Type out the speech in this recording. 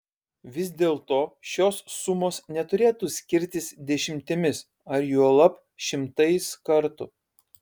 vis dėlto šios sumos neturėtų skirtis dešimtimis ar juolab šimtais kartų